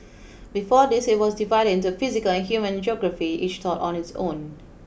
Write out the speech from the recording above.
before this it was divided into physical and human geography each taught on its own